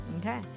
Okay